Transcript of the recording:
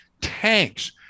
tanks